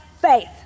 faith